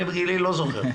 אני בגילי לא זוכר.